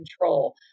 control